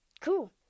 cool